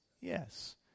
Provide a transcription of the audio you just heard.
Yes